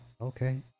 Okay